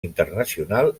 internacional